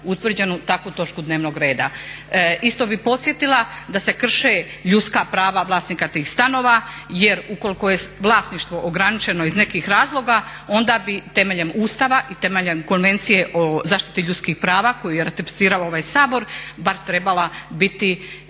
utvrđenu takvu točku dnevnog reda. Isto bih podsjetila da se krše ljudska prava vlasnika tih stanova jer ukoliko je vlasništvo ograničeno iz nekih razloga onda bi temeljem Ustava i temeljem Konvencije o zaštiti ljudskih prava koju je ratificirao ovaj Sabor bar trebala biti